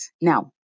Now